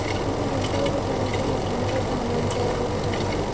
কৃষিযন্ত্রপাতি কেনার জন্য কোনোরকম লোন পাওয়া যেতে পারে?